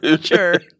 sure